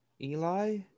Eli